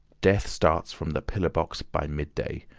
death starts from the pillar box by midday.